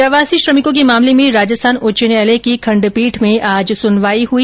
प्रवासी श्रमिकों के मामले में राजस्थान उच्च न्यायालय की खण्डपीठ में आज सुनवाई हुई